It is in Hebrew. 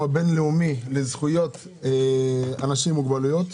הבין-לאומי לזכויות אנשים עם מוגבלויות,